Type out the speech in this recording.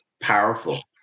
powerful